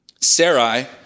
Sarai